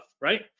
right